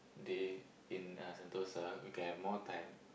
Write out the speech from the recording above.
day in uh Sentosa you can have more time